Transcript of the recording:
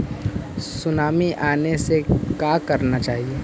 Tsunami आने से का करना चाहिए?